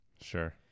Sure